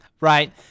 Right